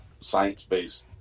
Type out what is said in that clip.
science-based